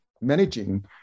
managing